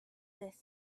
this